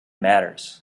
matters